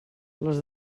les